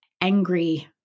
angry